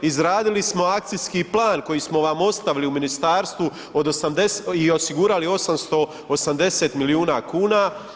Izradili smo akcijski plan koji smo vam ostavili u ministarstvu i osigurali 880 milijuna kuna.